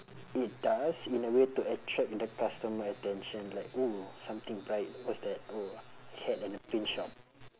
it does in a way to attract the customer attention like oh something bright what's that oh a cat and a pin shop